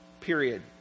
period